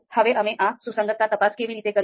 હવે અમે આ સુસંગતતા તપાસ કેવી રીતે કરીએ